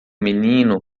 menino